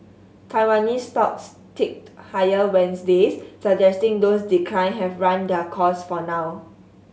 Taiwanese stocks ticked higher Wednesday's suggesting those decline have run their course for now